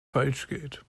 falschgeld